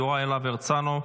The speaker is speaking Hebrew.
יוראי להב הרצנו,